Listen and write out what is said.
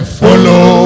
follow